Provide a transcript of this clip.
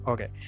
Okay